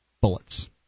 bullets